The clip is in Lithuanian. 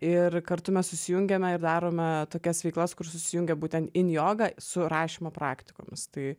ir kartu mes susijungiame ir darome tokias veiklas kur susijungia būtent in joga su rašymo praktikomis tai